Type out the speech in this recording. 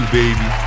baby